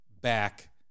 back